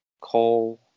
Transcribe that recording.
Cole